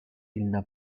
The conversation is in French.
n’a